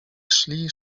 szli